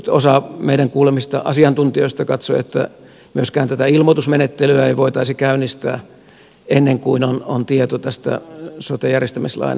osa meidän kuulemistamme asiantuntijoista katsoi että myöskään tätä ilmoitusmenettelyä ei voitaisi käynnistää ennen kuin on tieto tästä sote järjestämislain varmasta sisällöstä